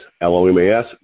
L-O-M-A-S